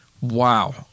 wow